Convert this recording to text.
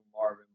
Marvin